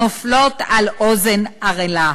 נופלות על אוזן ערלה.